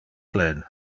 plen